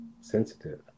sensitive